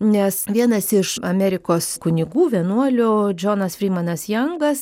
nes vienas iš amerikos kunigų vienuolių džonas frymanas jangas